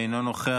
אינו נוכח,